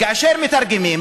כאשר מתרגמים,